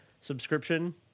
subscription